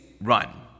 run